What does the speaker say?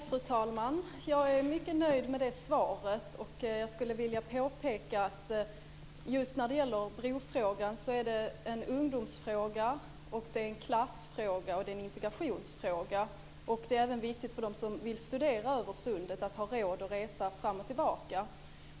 Fru talman! Jag är mycket nöjd med det svaret. Jag skulle vilja påpeka att brofrågan är en ungdomsfråga, en klassfråga och en integrationsfråga. Det är även viktigt att de som vill studera på andra sidan sundet har råd att resa fram och tillbaka.